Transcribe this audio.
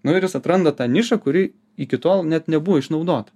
nu ir jis atranda tą nišą kuri iki tol net nebuvo išnaudota